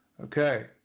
Okay